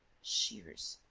shears.